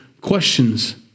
questions